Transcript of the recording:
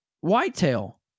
whitetail